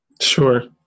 Sure